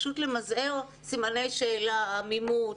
פשוט למזער סימני שאלה ועמימות,